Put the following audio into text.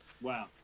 Wow